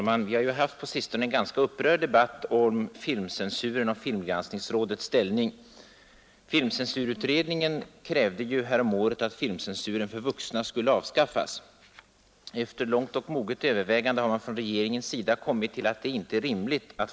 inte är rimligt att föreslå det.